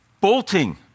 bolting